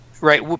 Right